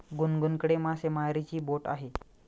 गुनगुनकडे मासेमारीची बोट आहे